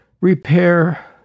repair